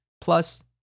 plus